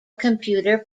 computer